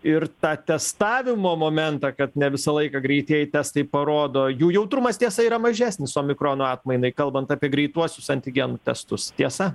ir tą testavimo momentą kad ne visą laiką greitieji testai parodo jų jautrumas tiesa yra mažesnis omikrono atmainai kalbant apie greituosius antigenų testus tiesa